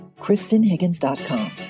KristenHiggins.com